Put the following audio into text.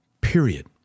period